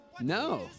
No